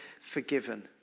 forgiven